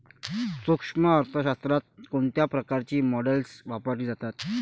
सूक्ष्म अर्थशास्त्रात कोणत्या प्रकारची मॉडेल्स वापरली जातात?